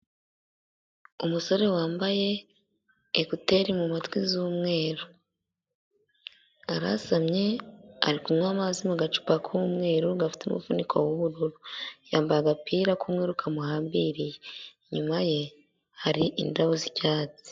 Umusore wambaye ekuteri mu matwi z'umweru arasamye ari kunywa amazi mu gacupa k'umweru gafite umufuniko w'ubururu, yambaye agapira k'urukamuhambiriye inyuma ye hari indabo z'icyatsi.